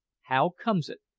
how comes it,